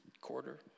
quarter